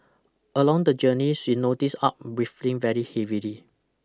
along the journey she noticed Aw breathing very heavily